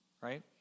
right